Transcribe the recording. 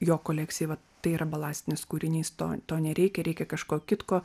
jo kolekcijai vat tai yra balastinis kūrinys to to nereikia reikia kažko kitko